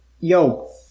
Yo